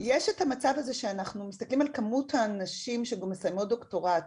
יש את המצב הזה שאנחנו מסתכלים על כמות הנשים שגם מסיימות דוקטורט.